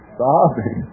sobbing